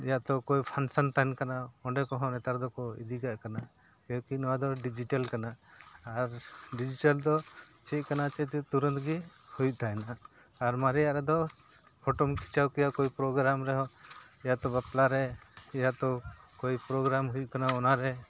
ᱭᱟᱛᱚ ᱠᱚᱭ ᱯᱷᱟᱱᱥᱮᱱ ᱛᱟᱦᱮᱱ ᱠᱟᱱᱟ ᱚᱸᱰᱮ ᱠᱚᱦᱚᱸ ᱱᱮᱛᱟᱨ ᱫᱚᱠᱚ ᱤᱫᱤ ᱠᱟᱜ ᱠᱟᱱᱟ ᱱᱚᱣᱟ ᱫᱚ ᱰᱤᱡᱤᱴᱮᱞ ᱠᱟᱱᱟ ᱟᱨ ᱰᱤᱡᱤᱴᱮᱞ ᱫᱚ ᱪᱮᱫ ᱠᱟᱱᱟ ᱪᱮᱫ ᱛᱩᱨᱟᱹᱱᱛ ᱜᱮ ᱦᱩᱭᱩᱜ ᱛᱟᱦᱮᱱᱟ ᱟᱨ ᱢᱟᱨᱮᱭᱟᱜ ᱨᱮᱫᱚ ᱯᱷᱳᱴᱳᱢ ᱠᱷᱤᱪᱟᱹᱣ ᱠᱮᱭᱟ ᱠᱚᱭ ᱯᱨᱚᱜᱨᱟᱢ ᱨᱮᱦᱚᱸ ᱤᱭᱟᱹ ᱛᱚ ᱵᱟᱯᱞᱟ ᱨᱮ ᱤᱭᱟᱹ ᱛᱚ ᱠᱳᱭ ᱯᱨᱳᱜᱨᱟᱢ ᱦᱩᱭᱩᱜ ᱠᱟᱱᱟ ᱚᱱᱟᱨᱮ